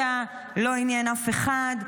לא עניין אף אחד,